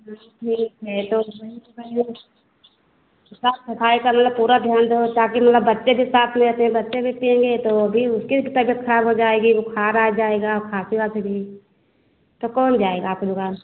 बड़ी है तो कल लो तो साफ सफाई का मतलब पूरा ध्यान रहे ताकि मतलब बच्चे भी साथ में रहते हैं बच्चे भी पिएंगे तो वह भी उसकी भी तबियत ख़राब हो जाएगी बुख़ार आ जाएगा खांसी वांसी भी तो कौन जाएगा आपकी दुकान पर